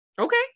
Okay